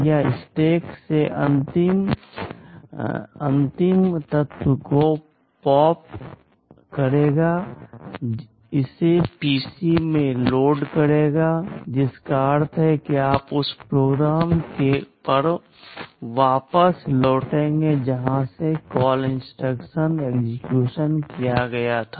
यह स्टैक से अंतिम तत्व को पॉप करेगा इसे पीसी में लोड करेगा जिसका अर्थ है कि आप उस प्रोग्राम पर वापस लौटेंगे जहां से कॉल इंस्ट्रक्शन एक्सेक्यूशन किया गया था